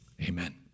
amen